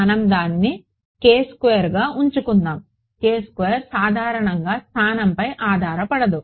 మనం దానిని గా ఉంచుకుందాం సాధారణంగా స్థానంపై ఆధారపడదు